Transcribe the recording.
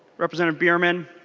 representative bierman